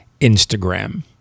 Instagram